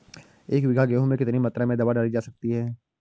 एक बीघा गेहूँ में कितनी मात्रा में दवा डाली जा सकती है?